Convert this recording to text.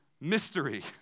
mystery